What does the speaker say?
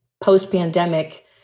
post-pandemic